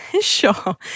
Sure